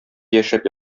яшәп